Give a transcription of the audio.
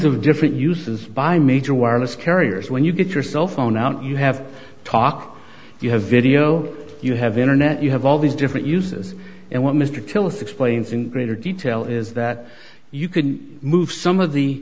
of different uses by major wireless carriers when you get your cellphone out you have to talk you have video you have internet you have all these different uses and what mr to with explains in greater detail is that you can move some of the